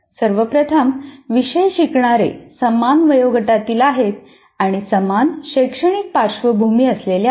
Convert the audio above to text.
सर्व प्रथम विषय शिकणारे समान वयोगटातील आहेत आणि समान शैक्षणिक पार्श्वभूमी असलेले आहेत